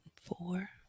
four